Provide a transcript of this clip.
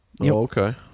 okay